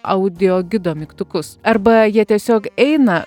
audiogido mygtukus arba jie tiesiog eina